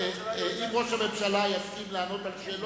אם ראש הממשלה יסכים לענות על שאלות בסוף,